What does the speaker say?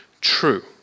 true